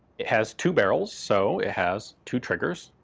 it has two barrels, so it has two triggers,